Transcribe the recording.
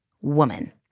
woman